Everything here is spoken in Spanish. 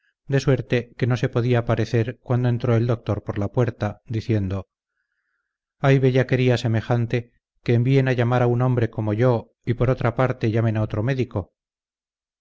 de suerte que no se podía parecer cuando entró el doctor por la puerta diciendo hay bellaquería semejante que envíen a llamar a un hombre como yo y por otra parte llamen a otro médico